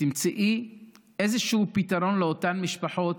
שתמצאי איזשהו פתרון לאותן משפחות,